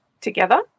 together